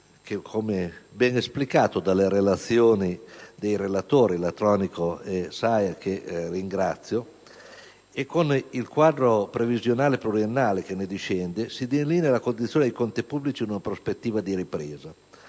come bene esplicato dalle relazioni dei relatori Latronico e Saia che ringrazio - e con il quadro previsionale pluriennale che ne discende, si delinea la condizione dei conti pubblici in una prospettiva di ripresa.